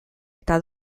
eta